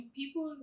people